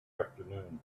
afternoon